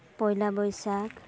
Poila Boishakh